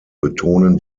betonen